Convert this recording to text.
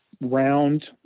round